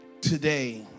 today